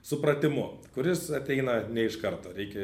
supratimu kuris ateina ne iš karto reikia